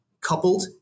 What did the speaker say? coupled